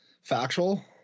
factual